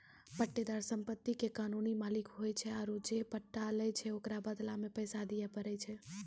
पट्टेदार सम्पति के कानूनी मालिक होय छै आरु जे पट्टा लै छै ओकरो बदला मे पैसा दिये पड़ै छै